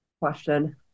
question